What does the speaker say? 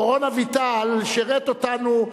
דורון אביטל שירת אותנו,